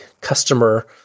customer